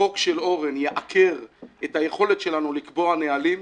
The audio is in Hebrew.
החוק של אורן חזן יעקר את היכולת שלנו לקבוע נהלים,